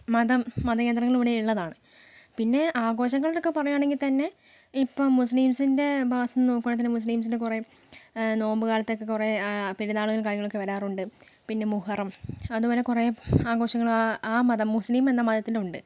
മതം മതകേന്ദ്രങ്ങൾ ഇവിടെ ഉള്ളതാണ് പിന്നെ ആഘോഷങ്ങൾ എന്നൊക്കെ പറയുവാണെങ്കിൽ തന്നെ ഇപ്പം മുസ്ലിംസിൻ്റെ ഭാഗത്തുനിന്ന് നോക്കുവാണെങ്കിൽ തന്നെ മുസ്ലിംസിൻ്റെ കുറേ നോമ്പ് കാലത്തൊക്കെ കുറേ പെരുന്നാളും കാര്യങ്ങളൊക്കെ വരാറുണ്ട് പിന്നെ മുഹറം അതുപോലെ കുറേ ആഘോഷങ്ങൾ ആ ആ മതം മുസ്ലിം എന്ന മതത്തിനുണ്ട്